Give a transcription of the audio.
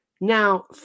now